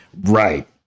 Right